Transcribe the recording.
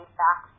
back